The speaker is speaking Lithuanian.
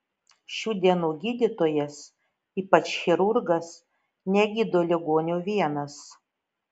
šių dienų gydytojas ypač chirurgas negydo ligonio vienas